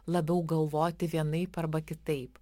labiau galvoti vienaip arba kitaip